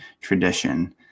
tradition